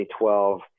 2012